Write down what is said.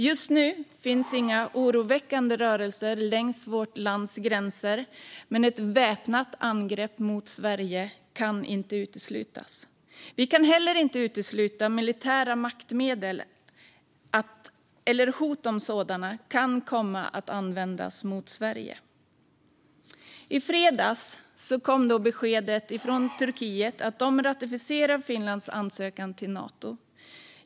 Just nu finns inga oroväckande rörelser längs vårt lands gränser, men ett väpnat angrepp mot Sverige kan inte uteslutas. Vi kan heller inte utesluta att militära maktmedel, eller hot om sådana, kan komma att användas mot Sverige. I fredags kom beskedet att Turkiet ratificerar Finlands ansökan till Nato.